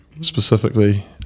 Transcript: specifically